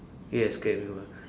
yes scared we won't